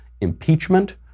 Impeachment